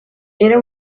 era